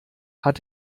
hat